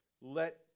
Let